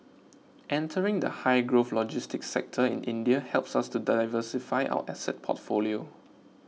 entering the high growth logistics sector in India helps us to diversify our asset portfolio